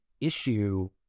issue